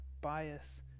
bias